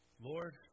Lord